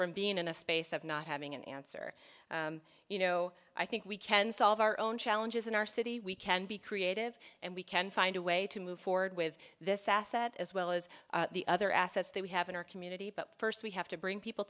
from being in a space of not having an answer you know i think we can solve our own challenges in our city we can be creative and we can find a way to move forward with this asset as well as the other assets that we have in our community but first we have to bring people